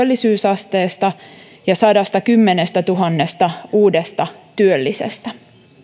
työllisyysasteesta ja sadastakymmenestätuhannesta uudesta työllisestä